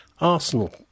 Arsenal